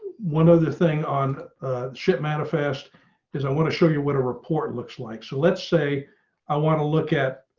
one other thing on ship manifest is i want to show you what a report looks like. so let's say i want to look at